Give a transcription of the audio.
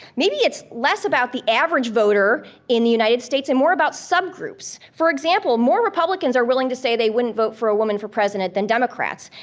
maybe it's less about the average voter in the united states and more about subgroups. for example, more republicans are willing to say they wouldn't vote for a woman for president than democrats.